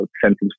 sentence